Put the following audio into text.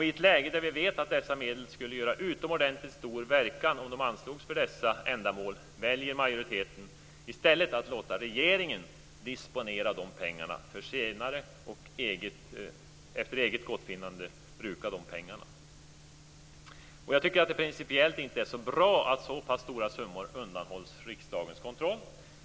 I ett läge där vi vet att dessa medel skulle vara utomordentligt verksamma om de anslogs för dessa ändamål, väljer majoriteten i stället att låta regeringen disponera pengarna efter eget gottfinnande. Det är principiellt inte så bra att så pass stora summor undanhålls riksdagens kontroll.